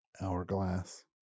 Hourglass